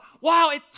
wow